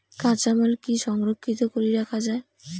কাঁচামাল কি সংরক্ষিত করি রাখা যায়?